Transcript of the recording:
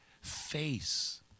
face